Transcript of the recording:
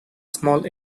small